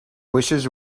wishes